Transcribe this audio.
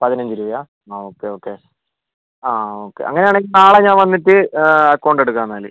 പതിനഞ്ച് രൂപയാണോ okay okay ആ ഓക്കെ അങ്ങനെ ആണെങ്കിൽ നാളെ ഞാൻ വന്നിട്ട് അക്കൗണ്ട് എടുക്കാം എന്നാൽ